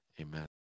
Amen